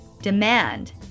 demand